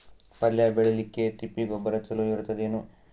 ಪಲ್ಯ ಬೇಳಿಲಿಕ್ಕೆ ತಿಪ್ಪಿ ಗೊಬ್ಬರ ಚಲೋ ಇರತದೇನು?